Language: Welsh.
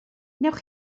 wnewch